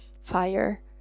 fire